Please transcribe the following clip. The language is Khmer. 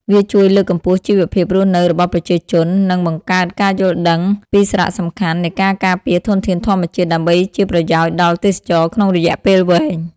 វាជួយលើកកម្ពស់ជីវភាពរស់នៅរបស់ប្រជាជន និងបង្កើតការយល់ដឹងពីសារៈសំខាន់នៃការការពារធនធានធម្មជាតិដើម្បីជាប្រយោជន៍ដល់ទេសចរណ៍ក្នុងរយៈពេលវែង។